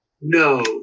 No